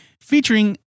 featuring